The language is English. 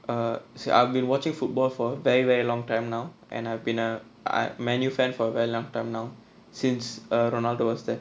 uh sa~ I've been watching football for very very long time now and I have been a I my new fan for very long time now since err ronaldo was start